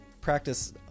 practice